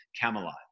Camelot